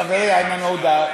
חברי איימן עודה,